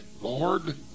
Lord